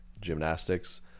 Gymnastics